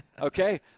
okay